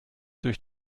durch